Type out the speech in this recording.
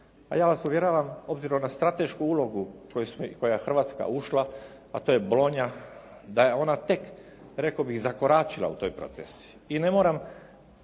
a ja vas uvjeravam, obzirom na stratešku ulogu u koju je Hrvatska ušla, a to je bolonja da je ona tek, rekao bih zakoračila u taj proces. I ne moram